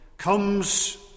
Comes